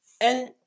And-